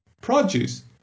produce